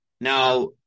Now